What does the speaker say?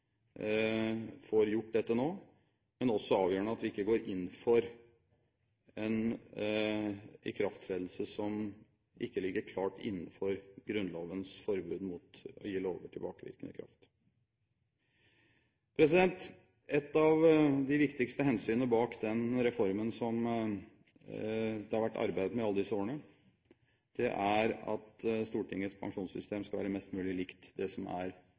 får gjort dette nå. Det er også avgjørende at vi ikke går inn for en ikrafttredelse som ikke ligger klart innenfor Grunnlovens forbud mot å gi lover tilbakevirkende kraft. Et av de viktigste hensynene bak den reformen som det har vært arbeidet med alle disse årene, er at Stortingets pensjonssystem skal være mest mulig likt det som er